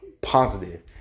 positive